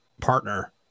partner